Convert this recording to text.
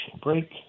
break